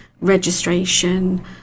registration